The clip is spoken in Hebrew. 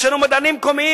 יש לנו מדענים מקומיים.